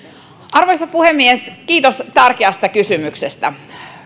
arvoisa puhemies kiitos tärkeästä kysymyksestä